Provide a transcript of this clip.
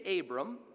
Abram